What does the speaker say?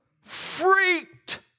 freaked